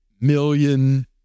million